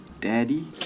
daddy